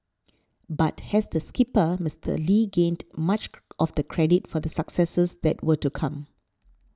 but as the skipper Mister Lee gained much of the credit for the successes that were to come